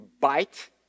bite